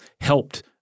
helped